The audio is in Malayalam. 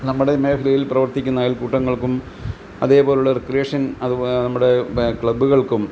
നമ്മുടെ മേഖലയിൽ പ്രവർത്തിക്കുന്ന അയൽക്കൂട്ടങ്ങൾക്കും അതേപോലുള്ള റിക്രിയേഷൻ അത് നമ്മുടെ ക്ലബ്ബ്കൾക്കും